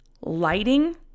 Lighting